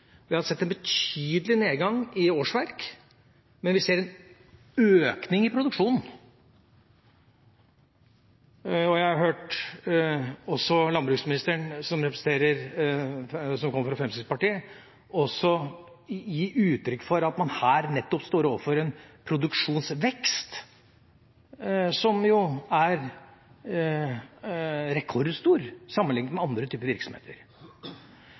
Vi har sett en betydelig nedgang i årsverk. Men vi ser en økning i produksjonen. Jeg har hørt landbruksministeren, som kommer fra Fremskrittspartiet, også gi uttrykk for at man her nettopp står overfor en produksjonsvekst som er rekordstor sammenlignet med andre typer virksomheter.